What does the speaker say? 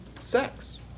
sex